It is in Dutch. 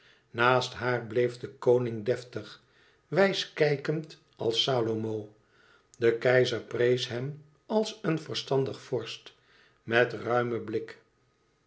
naast haar bleef de koning deftig wijs kijkend als salomo de keizer prees hem als een verstandig vorst met ruimen blik